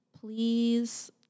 please